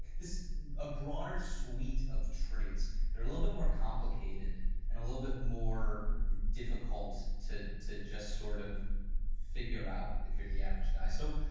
this ah broader sweet of traits, they are little bit more complicated and a little bit more difficult to to just sort of figure out if you are the average guy so,